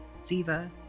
Ziva